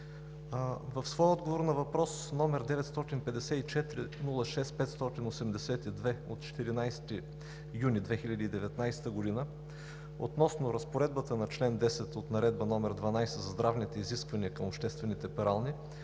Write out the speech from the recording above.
в своя отговор на въпрос, № 954-06-582 от 14 юни 2019 г., относно разпоредбата на чл. 10 от Наредба № 12 за здравните изисквания към обществените перални